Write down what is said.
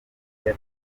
itel